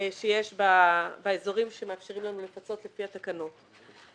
שיש באזורים שמאפשרים לנו לפצות לפי התקנות.